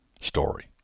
story